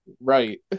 Right